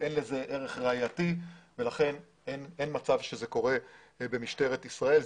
אין לזה ערך ראייתי ולכן אין מצב שזה קורה במשטרת ישראל.